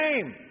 name